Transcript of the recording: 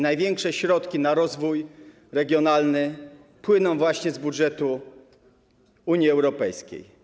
Największe środki na rozwój regionalny pochodzą właśnie z budżetu Unii Europejskiej.